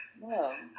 No